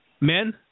men